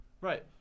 Right